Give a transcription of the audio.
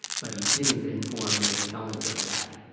but he didn't inform the appellant of that.